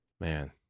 Man